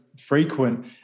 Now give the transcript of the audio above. frequent